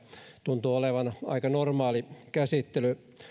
tuntuu olevan aika normaali käsittely